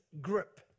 grip